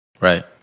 Right